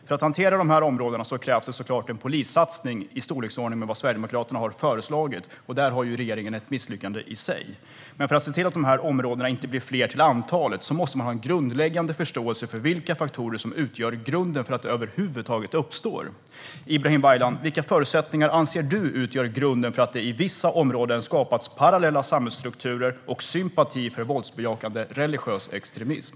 För att hantera dessa områden krävs såklart en polissatsning i den storleksordning som Sverigedemokraterna har föreslagit. Där har regeringen misslyckats. Men för att se till att dessa områden inte blir fler till antalet måste man ha grundläggande förståelse för vilka faktorer som utgör grunden för att de över huvud taget uppstår. Ibrahim Baylan, vilka förutsättningar anser du utgör grunden för att det i vissa områden har skapats parallella samhällsstrukturer och sympati för våldsbejakande religiös extremism?